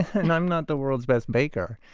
and i'm not the world's best baker.